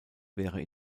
wäre